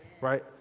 right